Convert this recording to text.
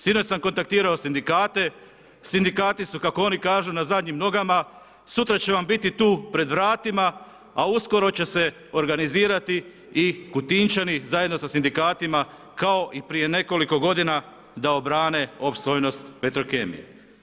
Sinoć sam kontaktirao sindikate, sindikati su kako oni kažu na zadnjim nogama, sutra će vam biti tu pred vratima, a uskoro će se organizirati i KUtinčani zajedno sa sindikatima kao i prije nekoliko godina da obrane opstojnost Petrokemije.